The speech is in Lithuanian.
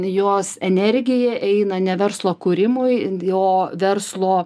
jos energija eina ne verslo kūrimui o verslo